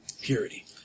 Purity